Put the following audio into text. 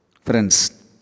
Friends